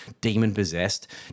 demon-possessed